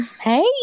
Hey